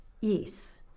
yes